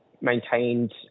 maintained